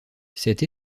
cette